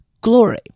glory